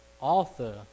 author